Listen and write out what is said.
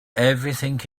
everything